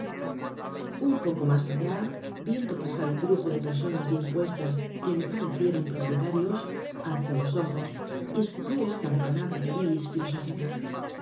un poco mas allá viendo pasar un grupo de personas bien puestas que le parecieron propietarios alzó los ojos y escupió esta bocanada de bilis filosófica